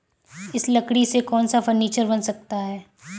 इस लकड़ी से कौन सा फर्नीचर बन सकता है?